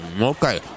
Okay